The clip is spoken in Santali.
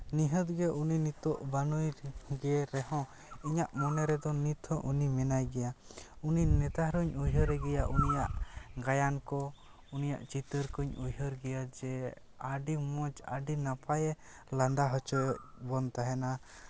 ᱱᱤᱦᱟᱹᱛ ᱜᱮ ᱩᱱᱤ ᱱᱤᱛᱳᱜ ᱵᱟᱹᱱᱩᱭ ᱜᱮ ᱨᱮᱦᱚᱸ ᱤᱧᱟᱹᱜ ᱢᱚᱱᱮ ᱨᱮᱫᱚ ᱱᱤᱛ ᱦᱚᱸ ᱩᱱᱤ ᱢᱮᱱᱟᱭ ᱜᱮᱭᱟ ᱩᱱᱤ ᱱᱮᱛᱟᱨ ᱦᱚᱸᱧ ᱩᱭᱦᱟᱹᱨᱮ ᱜᱮᱭᱟ ᱩᱱᱤᱭᱟᱜ ᱜᱟᱭᱟᱱ ᱠᱚ ᱩᱱᱤᱭᱟᱜ ᱪᱤᱛᱟᱹᱨ ᱠᱚᱸᱧ ᱩᱭᱦᱟᱹᱨ ᱜᱮᱭᱟ ᱡᱮ ᱟᱹᱰᱤ ᱢᱚᱡᱽ ᱟᱹᱰᱤ ᱱᱟᱯᱟᱭᱮ ᱞᱟᱸᱫᱟ ᱦᱚᱪᱚᱭᱮᱫ ᱵᱚᱱ ᱛᱟᱦᱮᱸᱱᱟ